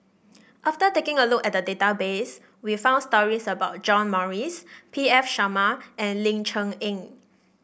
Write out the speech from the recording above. after taking a look at the database we found stories about John Morrice P V Sharma and Ling Cher Eng